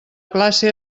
classe